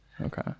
Okay